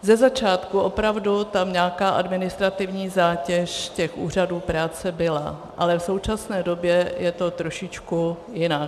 Ze začátku tam opravdu nějaká administrativní zátěž úřadů práce byla, ale v současné době je to trošičku jinak.